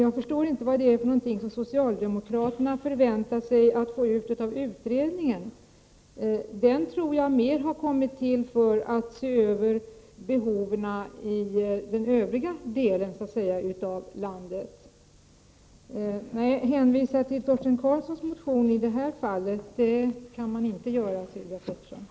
Jag förstår inte vad socialdemokraterna förväntar sig få ut av utredningen. Den tror jag har kommit till mera för att se över behovet i övriga delar av landet. Hänvisa till Torsten Karlssons motion kan man inte göra i det här fallet, Sylvia Pettersson.